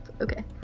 Okay